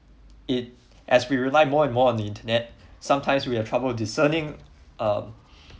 if as we rely more and more on the internet sometimes we have trouble discerning um